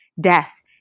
death